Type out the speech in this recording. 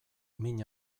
min